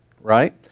Right